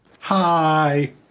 Hi